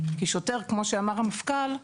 כי שוטר כמו שאמר המפכ"ל,